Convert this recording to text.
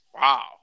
wow